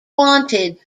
wanted